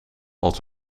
als